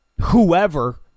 whoever